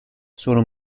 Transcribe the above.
sono